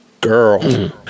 Girl